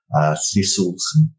thistles